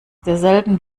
derselben